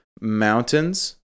mountains